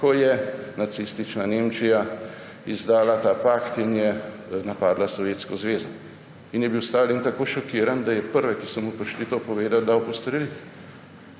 ko je nacistična Nemčija izdala ta pakt in je napadla Sovjetsko zvezo in je bil Stalin tako šokiran, da je prve, ki so mu prišli to povedat, dal postreliti,